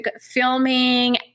filming